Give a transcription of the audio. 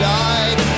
died